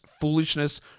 foolishness